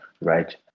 right